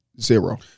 zero